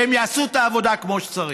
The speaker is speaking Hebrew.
והם יעשו את העבודה כמו שצריך.